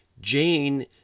Jane